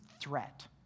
threat